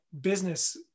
business